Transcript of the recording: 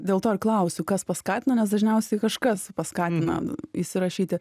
dėl to ir klausiu kas paskatino nes dažniausiai kažkas paskatina įsirašyti